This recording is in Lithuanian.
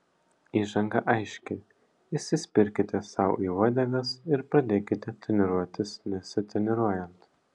įžanga aiški įsispirkite sau į uodegas ir pradėkite treniruotis nesitreniruojant